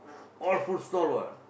all food stall what